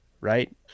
Right